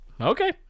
Okay